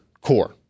core